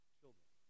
children